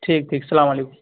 ٹھیک ٹھیک السلام علیکم